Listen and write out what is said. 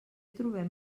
trobem